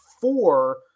four